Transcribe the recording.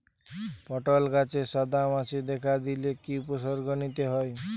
পটল গাছে সাদা মাছি দেখা দিলে কি কি উপসর্গ নিতে হয়?